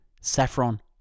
Saffron